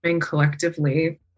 collectively